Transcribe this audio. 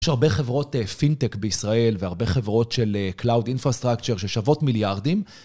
יש הרבה חברות פינטק בישראל והרבה חברות של Cloud Infrastructure ששוות מיליארדים.